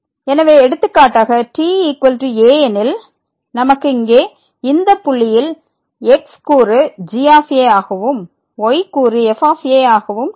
எனவே எடுத்துக்காட்டாக ta எனில் நமக்கு இங்கே இந்த புள்ளியின் x கூறு g ஆகவும் y கூறு f ஆகவும் கிடைக்கும்